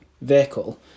vehicle